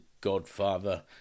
godfather